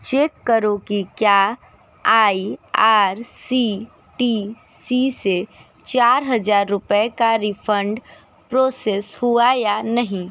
check करो कि क्या I R C T C से चार हजार रुपये का रिफ़ंड प्रोसेस हुआ या नहीं